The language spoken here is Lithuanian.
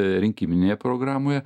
rinkiminėje programoje